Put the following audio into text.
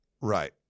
Right